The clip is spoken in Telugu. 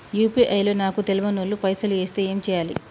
యూ.పీ.ఐ లో నాకు తెల్వనోళ్లు పైసల్ ఎస్తే ఏం చేయాలి?